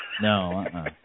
No